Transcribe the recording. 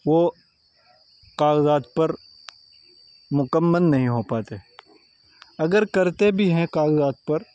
وہ کاغذات پر مکمل نہیں ہو پاتے اگر کرتے بھی ہیں کاغذات پر